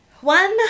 one